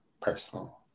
personal